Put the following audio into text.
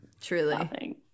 Truly